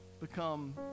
become